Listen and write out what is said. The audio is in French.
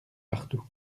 partout